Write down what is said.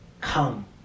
come